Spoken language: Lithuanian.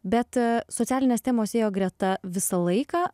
bet socialinės temos ėjo greta visą laiką